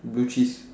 blue cheese